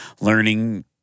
learning